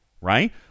right